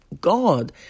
God